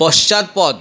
পশ্চাৎপদ